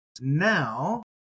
now